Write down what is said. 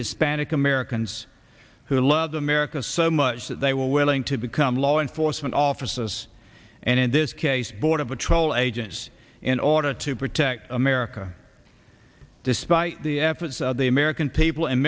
hispanic americans who loved america so much that they were willing to become law enforcement offices and in this case border patrol agents in order to protect america despite the efforts of the american people and